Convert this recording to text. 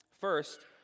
First